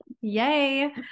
Yay